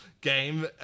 game